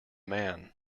man